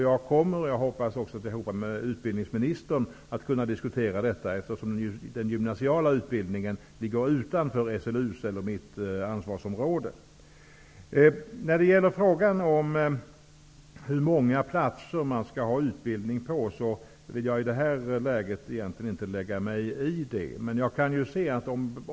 Jag kommer förhoppningsvis att tillsammans med utbildningsministern diskutera detta, eftersom den gymnasiala utbildningen ligger utanför SLU:s och även mitt ansvarsområde. När det gäller hur många orter det skall finnas utbildning på, vill jag inte lägga mig i den frågan i detta läge.